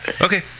Okay